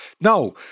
Now